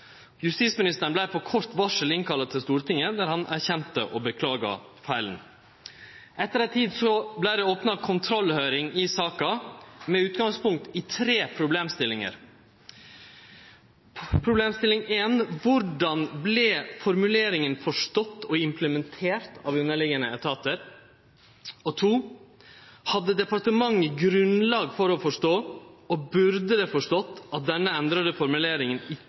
Justisministeren vart på kort varsel innkalla til Stortinget, der han erkjente og beklaga feilen. Etter ei tid vart det opna kontrollhøyring i saka med utgangspunkt i tre problemstillingar: «1. Hvordan ble formuleringen forstått og implementert av underliggende etater? 2. Hadde departementet grunnlag for å forstå, og burde det forstått, at denne endrede formuleringen